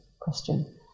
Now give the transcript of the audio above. question